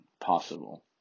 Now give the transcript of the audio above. possible